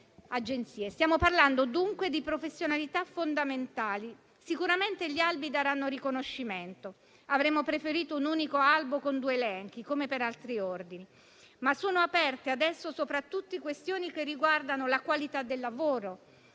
Stiamo parlando, dunque, di professionalità fondamentali, cui sicuramente gli albi daranno riconoscimento. Avremmo preferito, però, un unico albo con due elenchi, come per altri ordini. Ma sono aperte adesso soprattutto questioni che riguardano la qualità del lavoro,